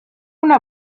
una